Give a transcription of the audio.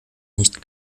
nicht